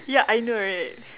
ya I know right